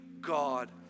God